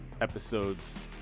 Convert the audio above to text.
episodes